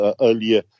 earlier